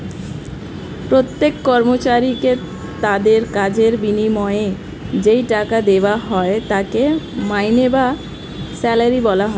প্রত্যেক কর্মচারীকে তাদের কাজের বিনিময়ে যেই টাকা দেওয়া হয় তাকে মাইনে বা স্যালারি বলা হয়